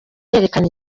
yerekana